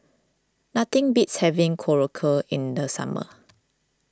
nothing beats having Korokke in the summer